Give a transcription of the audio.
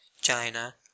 China